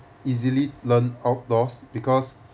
easily learnt outdoors because